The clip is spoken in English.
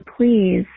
please